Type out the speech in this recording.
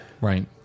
Right